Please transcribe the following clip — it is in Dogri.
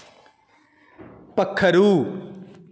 पक्खरू